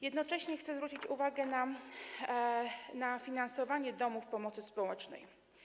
Jednocześnie chcę zwrócić uwagę na finansowanie domów pomocy społecznej.